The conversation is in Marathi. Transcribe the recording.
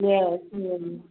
यस हो हो